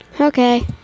okay